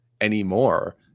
anymore